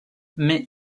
mais